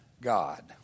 God